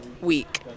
week